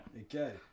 Okay